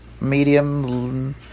medium